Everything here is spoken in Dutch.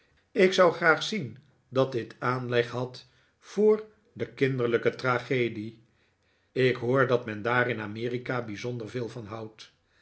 ik zou graag zien dat dit aanleg had voor de kinderlijke tragedie ik hoor dat men daar in amerika bijzonder veel van houdt